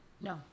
No